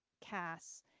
Cass